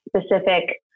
specific